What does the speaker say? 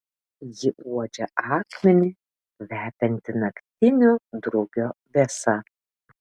ji uodžia akmenį kvepiantį naktinio drugio vėsa